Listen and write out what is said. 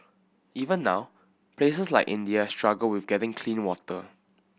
even now places like India struggle with getting clean water